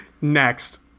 Next